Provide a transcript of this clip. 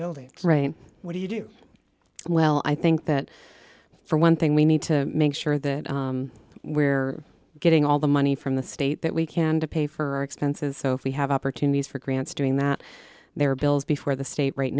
building right what do you do well i think that for one thing we need to make sure that we're getting all the money from the state that we can to pay for our expenses so if we have opportunities for grants doing that there are bills before the state right